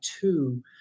two